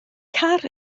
car